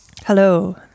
hello